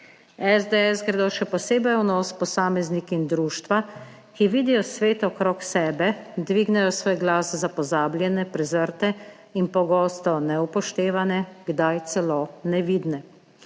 SDS gredo še posebej v nos posamezniki in društva, ki vidijo svet okrog sebe, dvignejo svoj glas za pozabljene, prezrte in pogosto neupoštevane, kdaj celo nevidne,